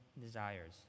desires